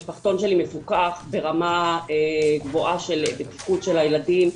המשפחתון שלי מפוקח ברמה גבוהה של בטיחות של הילדים .